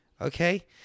Okay